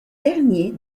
dernier